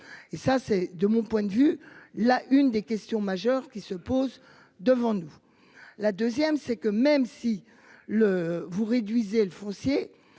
et ça c'est, de mon point de vue là, une des questions majeures qui se pose devant nous. La 2ème c'est que même si le vous réduisez le foncier,